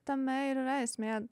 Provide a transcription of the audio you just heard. tame ir yra esmė